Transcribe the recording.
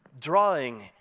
drawing